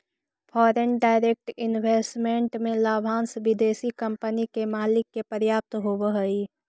foreign direct investment में लाभांश विदेशी कंपनी के मालिक के प्राप्त होवऽ हई